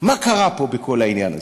מה קרה פה, בכל העניין הזה?